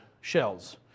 shells